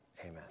amen